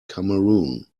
cameroon